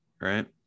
right